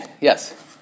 yes